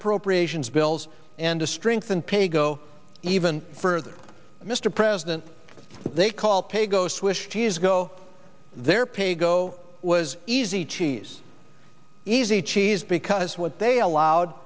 appropriations bills and to strengthen pay go even further mr president they call paygo swished years ago their pay go was easy cheese easy cheese because what they allowed